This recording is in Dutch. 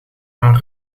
van